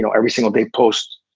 so every single day, post,